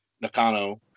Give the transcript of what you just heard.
nakano